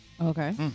Okay